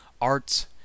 arts